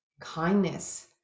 Kindness